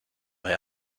way